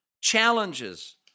challenges